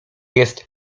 jest